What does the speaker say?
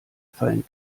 fallen